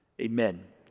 Amen